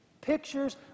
pictures